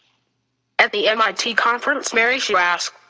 at the mit conference mary schuh asked,